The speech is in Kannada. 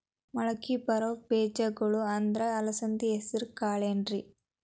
ಮಳಕಿ ಬರೋ ಬೇಜಗೊಳ್ ಅಂದ್ರ ಅಲಸಂಧಿ, ಹೆಸರ್ ಕಾಳ್ ಏನ್ರಿ?